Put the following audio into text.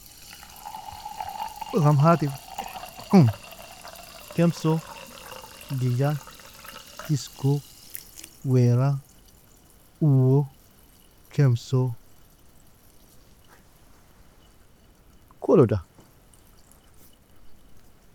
رقم هاتف kemso, diga, tisko, weira, uwo, kemso, koloda.